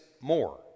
more